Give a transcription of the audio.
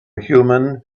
human